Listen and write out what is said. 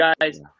guys –